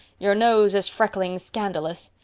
your nose is freckling scandalous.